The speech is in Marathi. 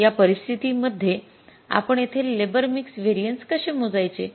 मग या परिस्थिती मध्ये आपण येथे लेबर मिक्स व्हेरिएन्स कसे मोजायचे